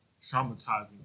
traumatizing